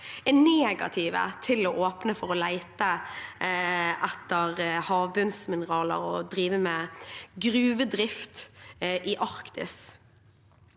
er negativ til å åpne for å lete etter havbunnsmineraler og drive med gruvedrift i Arktis.